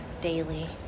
daily